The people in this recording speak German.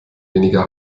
weniger